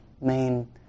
main